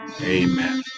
Amen